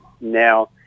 Now